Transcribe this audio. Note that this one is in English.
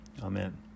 Amen